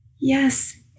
Yes